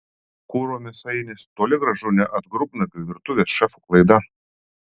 kuro mėsainis toli gražu ne atgrubnagių virtuvės šefų klaida